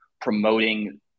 promoting